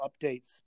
updates